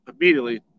immediately